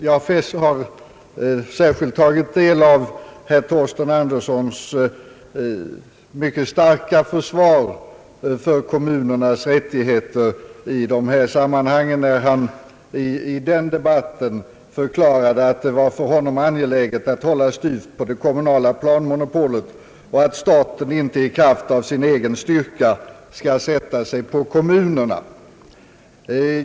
Jag har särskilt tagit del av herr Torsten Anderssons mycket starka försvar av kommunernas rättigheter i detta fall, när han i den debatten förklarade att det för honom var angeläget att hålla styvt på det kommunala planmonopolet och att staten inte i kraft av sin egen styrka skall sätta sig på kommunerna.